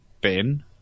bin